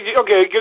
Okay